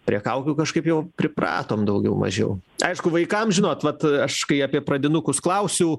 prie kaukių kažkaip jau pripratom daugiau mažiau aišku vaikams žinot vat aš kai apie pradinukus klausiau